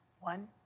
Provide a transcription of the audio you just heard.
One